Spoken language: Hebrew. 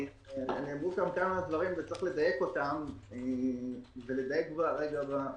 נאמרו כאן כמה דברים וצריך לדייק אותם ולדייק במינוחים.